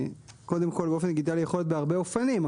קודם כל, באופן דיגיטלי יכול להיות בהרבה אופנים.